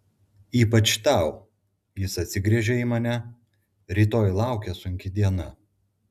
ypač tau jis atsigręžia į mane rytoj laukia sunki diena